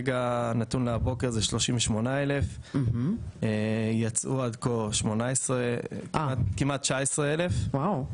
הנתון נכון להיום בבוקר הוא 38,000. יצאו עד כה כמעט 19,000. וואו.